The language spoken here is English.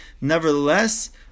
Nevertheless